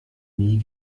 nie